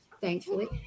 thankfully